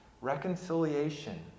reconciliation